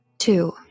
Two